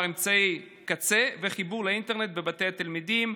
אמצעי קצה וחיבור לאינטרנט בבתי התלמידים.